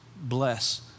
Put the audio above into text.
bless